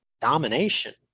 domination